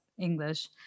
English